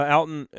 Alton